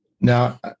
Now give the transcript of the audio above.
now